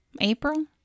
April